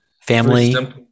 Family